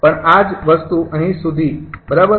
પણ આ જ વસ્તુ અહી સુધી બરાબર